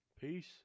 Peace